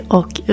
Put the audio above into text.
och